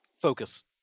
focus